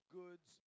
goods